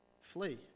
Flee